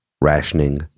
Rationing